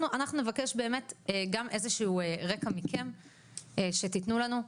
אנחנו נבקש באמת גם איזה שהוא רקע מכם שתתנו לנו.